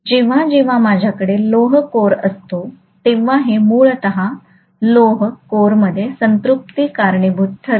जेव्हा जेव्हा माझ्याकडे लोह कोर असतो तेव्हा हे मूलत लोह कोरमध्ये संतृप्ति कारणीभूत ठरते